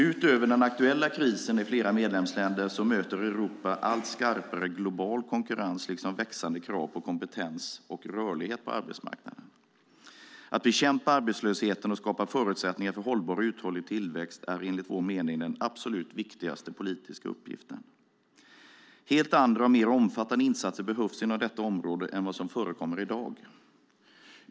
Utöver den aktuella krisen i flera medlemsländer möter Europa allt skarpare global konkurrens liksom växande krav på kompetens och rörlighet på arbetsmarknaden. Att bekämpa arbetslösheten och skapa förutsättningar för hållbar och uthållig tillväxt är enligt vår mening den absolut viktigaste politiska uppgiften. Helt andra och mer omfattande insatser än vad som förekommer i dag behövs inom detta område.